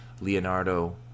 Leonardo